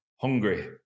Hungry